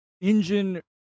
engine